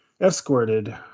escorted